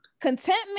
contentment